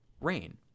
rain